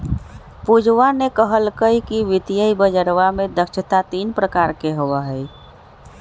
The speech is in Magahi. पूजवा ने कहल कई कि वित्तीय बजरवा में दक्षता तीन प्रकार के होबा हई